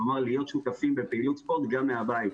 כלומר, להיות שותפים לפעילות ספורט גם מהבית.